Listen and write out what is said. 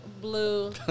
blue